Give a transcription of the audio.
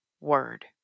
word